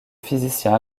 physicien